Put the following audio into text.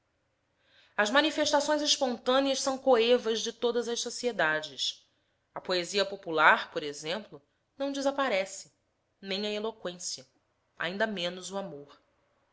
as manifestações espontâneas são coevas de todas as sociedades a poesia popular por exemplo não desaparece nem a eloqüência ainda menos o amor